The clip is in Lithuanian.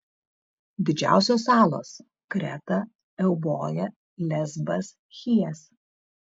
didžiausios salos kreta euboja lesbas chijas